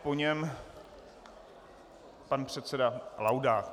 Po něm pan předseda Laudát.